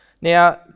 Now